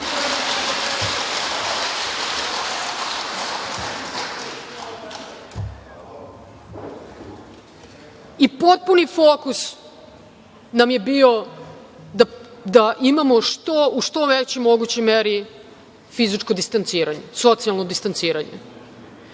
I potpuni fokus nam je bio da imamo u što većoj mogućoj meri fizičko distanciranje, socijalno distanciranje. Ja